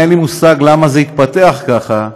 אין לי מושג למה זה התפתח ככה,